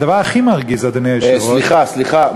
הדבר הכי מרגיז, אדוני היושב-ראש, סליחה, סליחה.